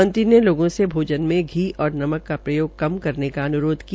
मंत्री ने लोगों को भोजन मे घी नमक का प्रयोग कम करने का अनुरोध किया